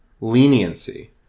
leniency